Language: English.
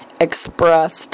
expressed